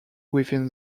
within